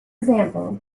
example